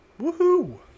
Woohoo